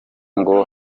ngo